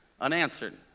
Unanswered